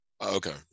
okay